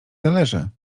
zależy